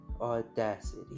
Audacity